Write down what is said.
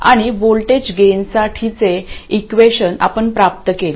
आणि व्होल्टेज गेनसाठीचे इक्वेशन् आपण प्राप्त केले